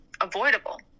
avoidable